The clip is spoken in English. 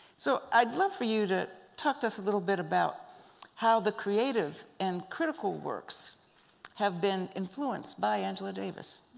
so i'd love for you to talk to us a little bit about how the creative and critical works have been influenced by angela davis.